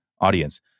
audience